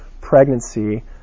pregnancy